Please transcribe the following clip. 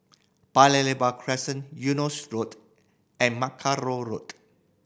Paya Lebar Crescent Eunos Road and Mackerrow Road